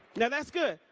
now that's good.